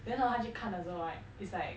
then hor 她去看的时候 right it's like